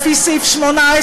לפי סעיף 18,